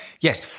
Yes